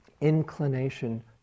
inclination